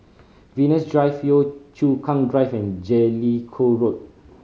Venus Drive Yio Chu Kang Drive and Jellicoe Road